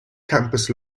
campus